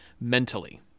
mentally